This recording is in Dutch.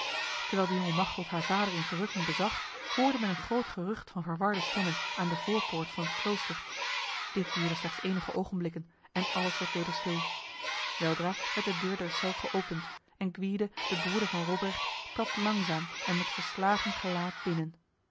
terwijl de jonge machteld haar vader in verrukking bezag hoorde men een groot gerucht van verwarde stemmen aan de voorpoort van het klooster dit duurde slechts enige ogenblikken en alles werd weder stil weldra werd de deur der cel geopend en gwyde de broeder van robrecht trad langzaam en met verslagen gelaat binnen